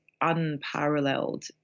unparalleled